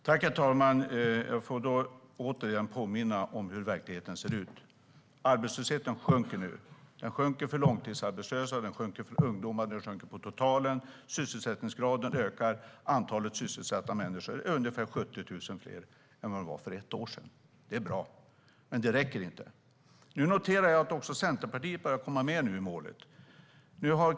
Herr talman! Jag får återigen påminna om hur verkligheten ser ut. Arbetslösheten sjunker nu. Den sjunker för långtidsarbetslösa, den sjunker för ungdomar och den sjunker på totalen. Sysselsättningsgraden ökar. Antalet sysselsatta människor är ungefär 70 000 fler än för ett år sedan. Det är bra, men det räcker inte. Nu noterar jag att också Centerpartiet börjar komma med i målet.